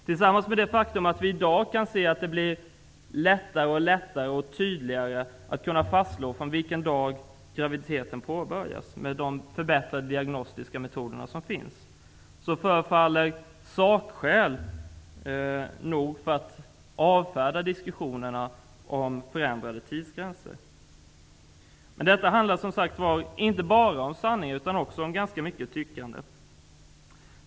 Tillsammans med det faktum att det med förbättrade diagnostiska metoder i dag blir allt lättare att fastställa vilken dag en graviditet påbörjats, förefaller det finnas tillräckliga sakskäl för att avfärda diskussionerna om förändring av tidsgränserna. Men detta handlar som sagt var inte bara om sanningar, utan också om tyckande.